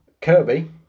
Kirby